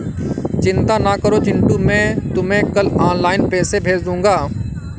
चिंता ना करो चिंटू मैं तुम्हें कल ऑनलाइन पैसे भेज दूंगा